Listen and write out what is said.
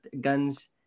guns